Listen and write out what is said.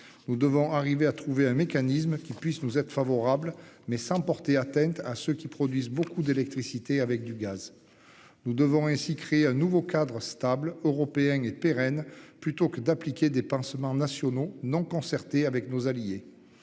nous devons arriver à trouver un mécanisme qui puisse nous être favorable mais sans porter atteinte à ceux qui produisent beaucoup d'électricité avec du gaz. Nous devons ainsi créer un nouveau cadre stable européen et pérenne. Plutôt que d'appliquer des pansements nationaux non concertée avec nos alliés.